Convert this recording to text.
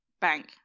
Bank